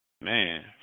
Man